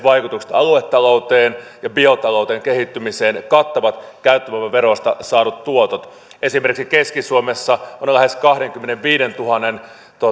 aluetalouteen ja biotalouden kehittymiseen kattavat käyttövoimaverosta saadut tuotot esimerkiksi keski suomessa on lähes kahdenkymmenenviidentuhannen